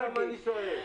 זה מה שאני שואל.